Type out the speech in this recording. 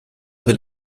will